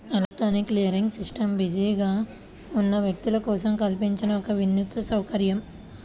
electronic clearing system బిజీగా ఉన్న వ్యక్తుల కోసం కల్పించిన ఒక వినూత్న సౌకర్యం